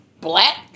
black